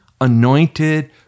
anointed